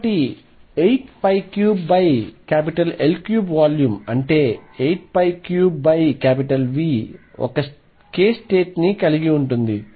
కాబట్టి83L3 volume అంటే83V ఒక k state ని కలిగి ఉంటుంది